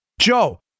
Joe